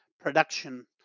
production